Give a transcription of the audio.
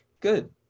good